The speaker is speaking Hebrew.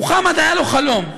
מוחמד, היה לו חלום.